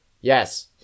Yes